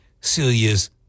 Celia's